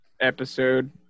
episode